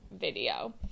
video